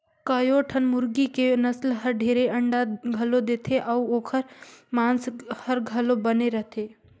कयोठन मुरगी के नसल हर ढेरे अंडा घलो देथे अउ ओखर मांस हर घलो बने रथे